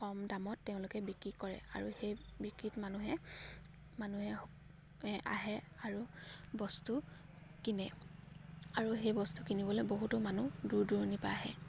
কম দামত তেওঁলোকে বিক্ৰী কৰে আৰু সেই বিক্ৰীত মানুহে মানুহে আহে আৰু বস্তু কিনে আৰু সেই বস্তু কিনিবলৈ বহুতো মানুহ দূৰ দূৰণি পা আহে